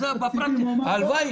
תראה,